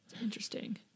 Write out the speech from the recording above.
Interesting